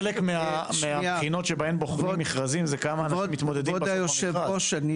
חלק מהבחינות שבהן בוחנים במכרזים זה כמה מתמודדים בחרו במכרז.